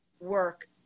work